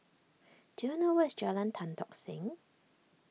do you know where is Jalan Tan Tock Seng